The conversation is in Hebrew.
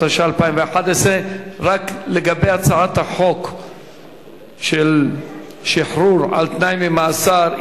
התשע"א 2011. לגבי הצעת חוק שחרור על-תנאי ממאסר,